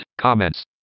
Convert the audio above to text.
Comments